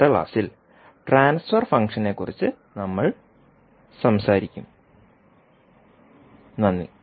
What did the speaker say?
അടുത്ത ക്ലാസിൽ ട്രാൻസ്ഫർ ഫംഗ്ഷനെക്കുറിച്ച് നമ്മൾ സംസാരിക്കും നന്ദി